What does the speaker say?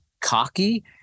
cocky